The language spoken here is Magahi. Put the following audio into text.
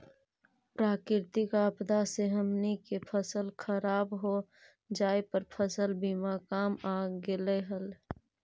प्राकृतिक आपदा से हमनी के फसल खराब हो जाए पर फसल बीमा काम आ गेले हलई